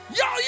yo